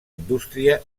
indústria